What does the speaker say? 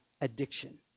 addiction